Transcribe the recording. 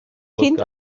kind